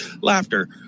laughter